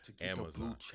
Amazon